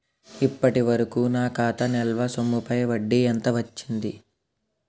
ఇప్పటి వరకూ నా ఖాతా నిల్వ సొమ్ముపై వడ్డీ ఎంత వచ్చింది?